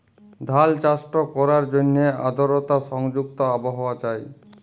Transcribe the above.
ধাল চাষট ক্যরার জ্যনহে আদরতা সংযুক্ত আবহাওয়া চাই